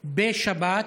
בשבת,